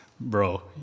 Bro